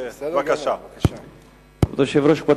כבוד היושב-ראש,